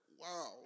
wow